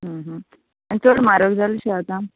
आनी चड म्हारग जाल् शी आतां